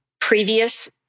previous